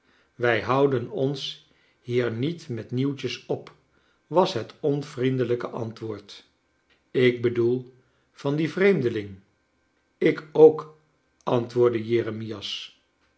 wij houden ons hier niet met nieuwtjes op was het onvriendelijke antwoord ik bedoel van dien vreemdeling ik ook antwoordde